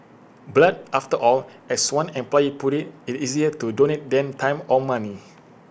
blood after all as one employee put IT it is easier to donate than time or money